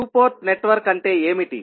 2 port network అంటే ఏమిటి